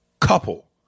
couple